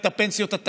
497: 41 בעד, 67 נגד.